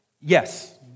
Yes